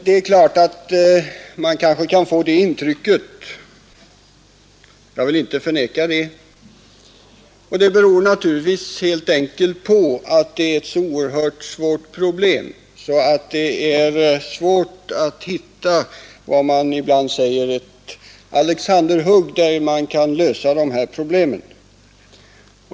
Det är klart att man kanske kan få det intrycket — jag vill inte förneka det. Det beror naturligtvis helt enkelt på att det här är ett oerhört besvärligt problem, som det är svårt att lösa genom vad man ibland kallar ett Alexanderhugg.